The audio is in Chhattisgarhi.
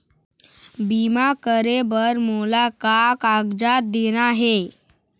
बीमा करे बर मोला का कागजात देना हे?